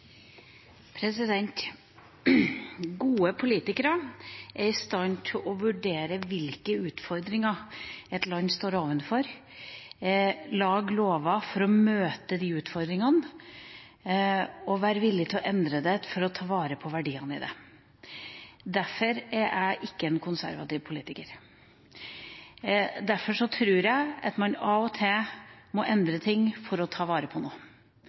i stand til å vurdere hvilke utfordringer et land står overfor, lage lover for å møte de utfordringene og være villig til å endre for å ta vare på verdiene i dem. Derfor er jeg ikke en konservativ politiker, derfor tror jeg at man av og til må endre ting for å ta vare på